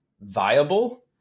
viable